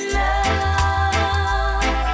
love